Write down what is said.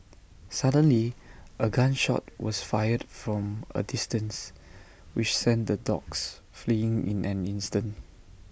suddenly A gun shot was fired from A distance which sent the dogs fleeing in an instant